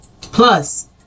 Plus